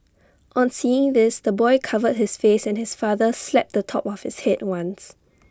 on seeing this the boy covered his face and his father slapped the top of his Head once